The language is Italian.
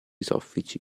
soffici